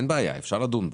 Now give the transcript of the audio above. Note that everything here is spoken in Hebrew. אין בעיה ואפשר לדון בו.